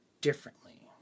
differently